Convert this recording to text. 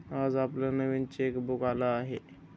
आज आपलं नवीन चेकबुक आलं आहे